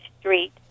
Street